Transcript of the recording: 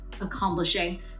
accomplishing